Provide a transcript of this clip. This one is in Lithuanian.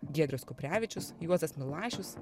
giedrius kuprevičius juozas milašius